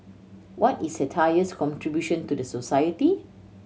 what is satire's contribution to the society